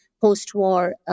post-war